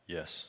Yes